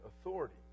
authority